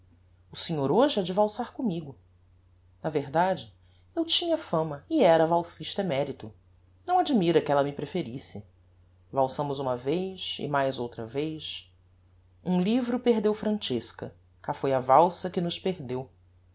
o senhor hoje ha de valsar commigo na verdade eu tinha fama e era valsista emerito não admira que ella me preferisse valsámos uma vez e mais outra vez um livro perdeu francesca cá foi a valsa que nos perdeu